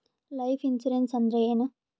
Life insurance ಅಂದ್ರ ಏನ?